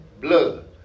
blood